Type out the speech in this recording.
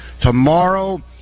tomorrow